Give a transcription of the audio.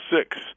six